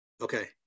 Okay